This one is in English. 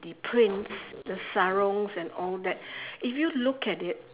the prints the sarung and all that if you look at it